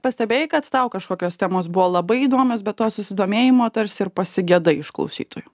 pastebėjai kad tau kažkokios temos buvo labai įdomios bet to susidomėjimo tarsi ir pasigedai iš klausytojų